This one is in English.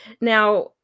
Now